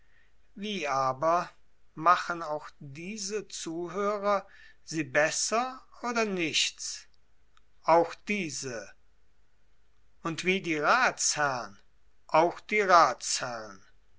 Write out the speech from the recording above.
wie aber machen auch diese zuhörer sie besser oder nichts auch diese und wie die ratsherren auch die